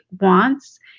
wants